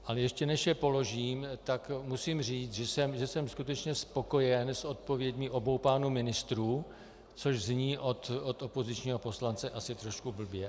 Ale ještě než je položím, tak musím říct, že jsem skutečně spokojen s odpověďmi obou pánů ministrů, což zní od opozičního poslance asi trošku blbě.